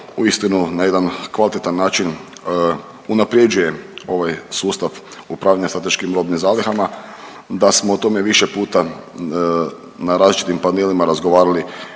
uistinu na jedan kvalitetan način unapređuje ovaj sustav upravljanja strateškim robnim zalihama, da smo o tome više puta na različitim panelima razgovarali,